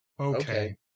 Okay